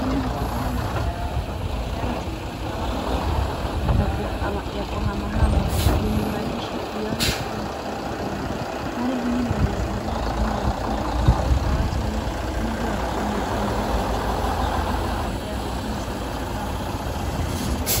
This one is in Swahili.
Hili ni gari la huduma ya afya inayotumika kama kliniki ya kuhamahama lenye maandishi beyond zero mobile clinic . Gari hili limesimama chini ya mti mkubwa na watu wengi wakiwa wamesimama kwenye mstari wakingojea huduma za matibabu.